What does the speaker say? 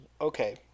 Okay